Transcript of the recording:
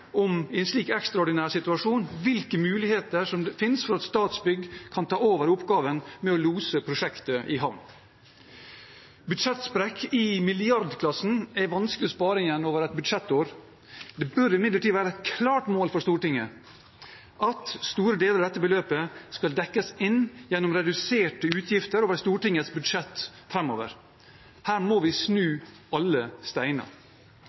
hvilke muligheter som finnes for at Statsbygg i en slik ekstraordinær situasjon kan ta over oppgaven med å lose prosjektet i havn. Budsjettsprekk i milliardklassen er vanskelig å spare inn over et budsjettår. Det burde imidlertid være et klart mål for Stortinget at store deler av dette beløpet dekkes inn gjennom reduserte utgifter over Stortingets budsjett framover. Her må vi